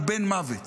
הוא בן מוות.